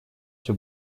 все